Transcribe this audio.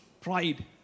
Pride